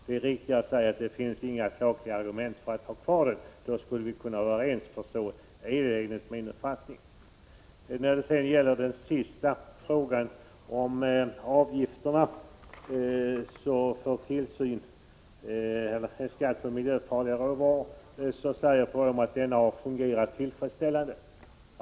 Det är riktigare att säga att det inte finns några sakliga argument för att ha kvar den. I så fall borde vi kunna vara överens, för så är det enligt min uppfattning. Bruno Poromaa säger vidare att administrationen av skatten på miljöfarliga råvaror har fungerat tillfredsställande.